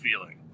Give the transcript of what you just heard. feeling